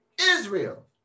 Israel